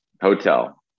Hotel